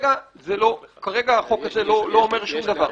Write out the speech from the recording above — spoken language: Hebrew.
כרגע החוק הזה לא אומר שום דבר.